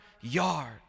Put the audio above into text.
yard